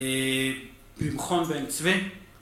ו... בואי נכחנת בעין צווי